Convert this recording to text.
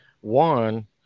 One